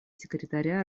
секретаря